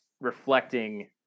reflecting